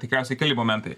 tikriausiai keli momentai